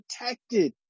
protected